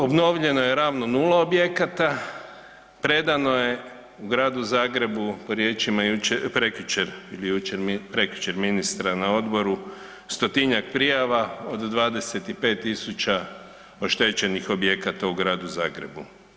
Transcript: Obnovljeno je ravno nula objekata, predano je u Gradu Zagreba po riječima jučer, prekjučer ili jučer, prekjučer ministra na odboru 100-tinjak prijava od 25.000 oštećenih objekata u Gradu Zagrebu.